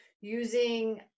using